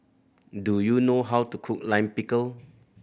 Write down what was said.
do you know how to cook Lime Pickle